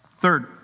Third